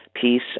peace